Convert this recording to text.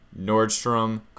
Nordstrom